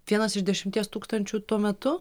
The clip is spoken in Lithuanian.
vienas iš dešimties tūkstančių tuo metu